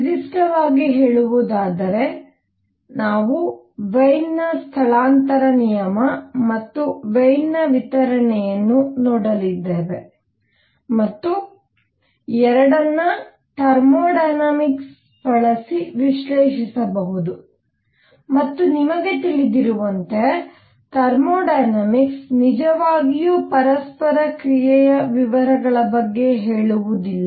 ನಿರ್ದಿಷ್ಟವಾಗಿ ಹೇಳುವುದಾದರೆ ನಾವು ವೇನ್ನ ಸ್ಥಳಾಂತರ ನಿಯಮ ಮತ್ತು ವೇನ ನ ವಿತರಣೆಯನ್ನು ನೋಡಲಿದ್ದೇವೆ ಮತ್ತು ಎರಡನ್ನೂ ಥರ್ಮೋ ಡೈನಾಮಿಕ್ಸ್ ಬಳಸಿ ವಿಶ್ಲೇಶಿಸಬಹುದು ಮತ್ತು ನಿಮಗೆ ತಿಳಿದಿರುವಂತೆ ಥರ್ಮೋ ಡೈನಮಿಕ್ಸ್ ನಿಜವಾಗಿಯೂ ಪರಸ್ಪರ ಕ್ರಿಯೆಯ ವಿವರಗಳ ಬಗ್ಗೆ ಹೇಳುವುದಿಲ್ಲ